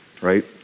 right